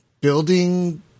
Building